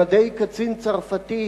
במדי קצין צרפתי,